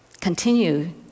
continue